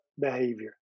behavior